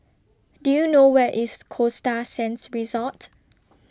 Do YOU know Where IS Costa Sands Resort